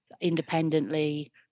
independently